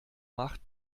macht